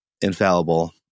infallible